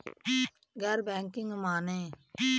गैर बैंकिंग माने?